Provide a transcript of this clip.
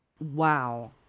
Wow